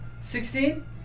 Sixteen